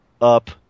up